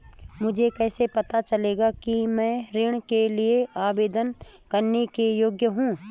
मुझे कैसे पता चलेगा कि मैं ऋण के लिए आवेदन करने के योग्य हूँ?